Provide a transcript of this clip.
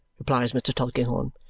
replies mr. tulkinghorn.